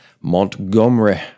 Montgomery